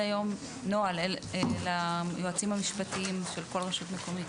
היום נוהל ליועצים המשפטיים של כל רשות מקומית?